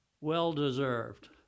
well-deserved